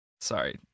Sorry